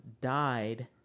died